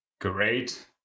Great